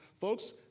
Folks